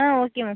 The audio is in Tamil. ah okay ma'am